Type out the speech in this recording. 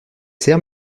sers